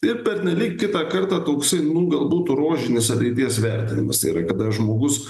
ir pernelyg kitą kartą toksai nu galbūt rožinis ateities vertinimas tai yra kada žmogus